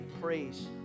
praise